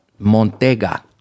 Montega